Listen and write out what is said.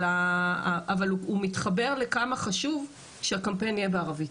אבל הוא מתחבר לכמה חשוב שהקמפיין יהיה בערבית.